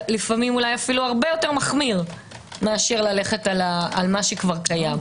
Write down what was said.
לפעמים אולי הרבה יותר מחמיר מאשר ללכת על מה שכבר קיים.